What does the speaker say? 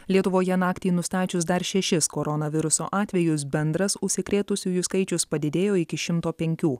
lietuvoje naktį nustačius dar šešis koronaviruso atvejus bendras užsikrėtusiųjų skaičius padidėjo iki šimto penkių